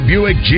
Buick